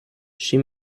she